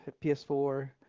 PS4